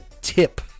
tip